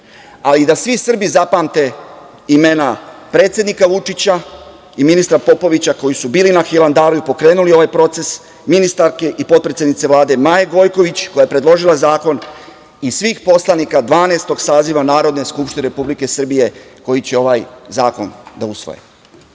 ali da svi Srbi zapamte imena predsednika Vučića i ministra Popovića, koji su bili na Hilandaru i pokrenuli ovaj proces ministarke i potpredsednice Vlade Maje Gojković, koja je predložila zakon i svih poslanika Dvanaestog saziva Narodne skupštine Republike Srbije koji će ovaj zakon da usvoje.